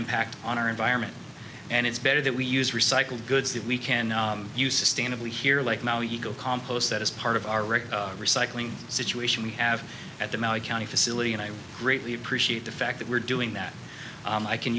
impact on our environment and it's better that we use recycled goods that we can use sustainably here like now eco compost that is part of our regular recycling situation we have at the maui county facility and i greatly appreciate the fact that we're doing that i can